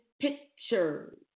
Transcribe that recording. pictures